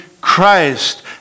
Christ